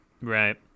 Right